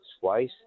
twice